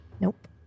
Nope